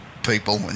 people